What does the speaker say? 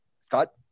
scott